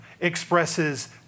expresses